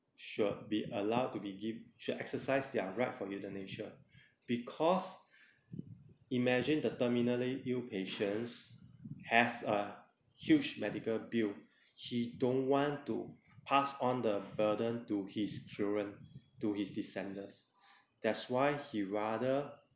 should be allowed to be giv~ should exercise their right for euthanasia because imagine the terminally ill patients has a huge medical bill he don't want to pass on the burden to his children to his descendants that's why he rather